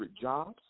jobs